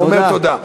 הוא אומר תודה.